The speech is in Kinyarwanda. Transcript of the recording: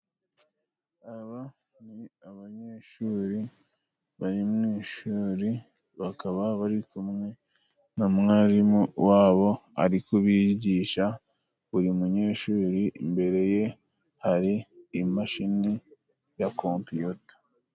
Aba ni abanyeshuri bari mw'ishuri bakaba bari kumwe na mwarimu wabo, ariko bigisha. Uyu munyeshuri imbere ye hari imashini ya kompiyuta